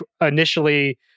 initially